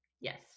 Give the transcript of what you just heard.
yes